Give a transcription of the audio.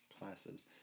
classes